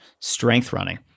strengthrunning